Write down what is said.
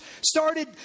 started